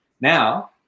Now